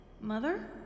Mother